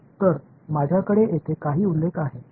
तर माझ्याकडे येथे काही आलेख आहेत